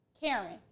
Karen